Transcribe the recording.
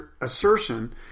assertion